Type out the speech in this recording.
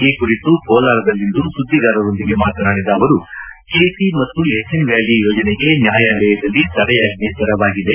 ಈ ಕುರಿತು ಕೋಲಾರದಲ್ಲಿಂದು ಸುದ್ದಿಗಾರರೊಂದಿಗೆ ಮಾತನಾಡಿದ ಅವರು ಕೆಸಿ ಮತ್ತು ಎಚ್ ಎನ್ ವ್ಯಾಲಿ ಯೋಜನೆಗೆ ನ್ನಾಯಾಲಯದಲ್ಲಿ ತಡೆಯಾಜ್ಜೆ ತೆರವಾಗಿದೆ